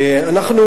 תודה רבה,